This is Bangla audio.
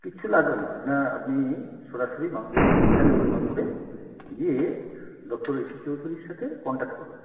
কিচ্ছু লাগবে না আপনার আপনি সরাসরি বাঙ্গুরে চলে যান এম আর বাঙ্গুরে গিয়ে ডক্টর এ সি চৌধুরীর সাথে কন্ট্যাক্ট করুন